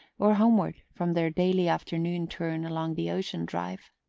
or homeward from their daily afternoon turn along the ocean drive.